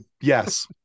yes